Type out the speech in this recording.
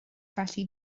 felly